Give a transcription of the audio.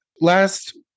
Last